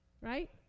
Right